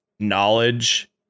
knowledge